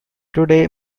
today